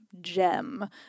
gem